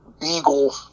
Beagle